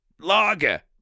lager